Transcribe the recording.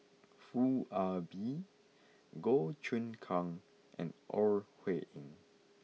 Foo Ah Bee Goh Choon Kang and Ore Huiying